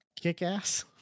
kick-ass